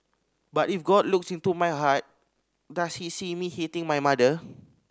but if God looks into my heart does he see me hating my mother